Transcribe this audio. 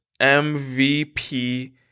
MVP